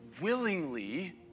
willingly